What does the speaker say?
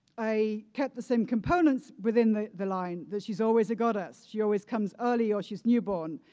i kept the same components within the the line that she's always a goddess, she always comes early or she's newborn.